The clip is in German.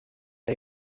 die